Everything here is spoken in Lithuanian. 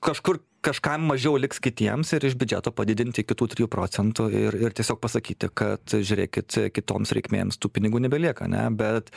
kažkur kažkam mažiau liks kitiems ir iš biudžeto padidint iki tų trijų procentų ir ir tiesiog pasakyti kad žiūrėkit kitoms reikmėms tų pinigų nebelieka ane bet